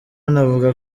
anavuga